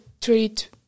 treat